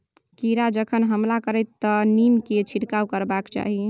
कीड़ा जखन हमला करतै तँ नीमकेर छिड़काव करबाक चाही